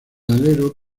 alero